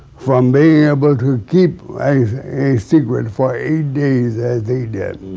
from being able to keep a secret for eight days as they did.